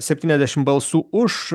septyniasdešimt balsų už